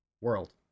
world